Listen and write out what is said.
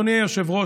אדוני היושב-ראש,